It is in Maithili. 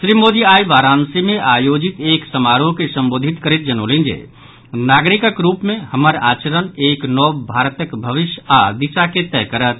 श्री मोदी आइ वाराणसी मे आयोजित एक समारोह के संबोधित करैत जनौलनि जे नागरिकक रूप मे हमर आचरण एक नव भारतक भविष्य आओर दिशा के तय करत